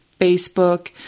Facebook